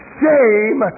shame